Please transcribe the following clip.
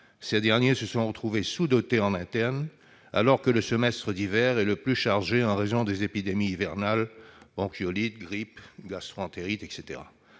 ces derniers se sont retrouvés sous-dotés en interne, alors que le semestre d'hiver est le plus chargé en raison des épidémies de bronchiolites, de grippes, de gastro-entérites, etc.